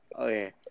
Okay